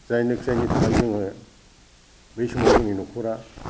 जायनोखि थाखाय जोङो बै समाव जोंनि न'खरा